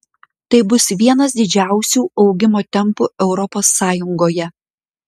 tai bus vienas didžiausių augimo tempų europos sąjungoje